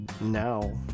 Now